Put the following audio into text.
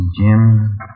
Jim